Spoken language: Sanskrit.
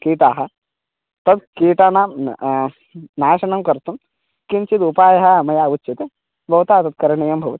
कीटाः तद् कीटानां नाशनं कर्तुं किञ्चिद् उपायः मया उच्यते भवता तद् करणीयं भवति